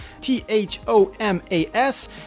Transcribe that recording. T-H-O-M-A-S